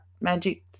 magic